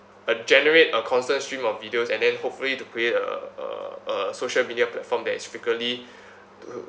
uh generate a constant stream of videos and then hopefully to create a uh a social media platform that is frequently to